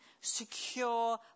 secure